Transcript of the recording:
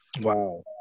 wow